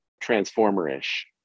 Transformer-ish